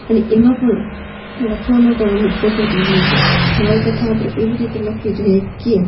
અને એમાં પણ લખવામાં પણ અમુક પદ્ધતિ હોય છે નવલકથા આપણે એવી રીતે લખવી જોઈએ કે